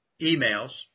emails